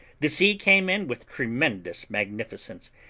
the sea came in with tremendous magnificence,